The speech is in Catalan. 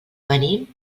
venim